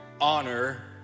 honor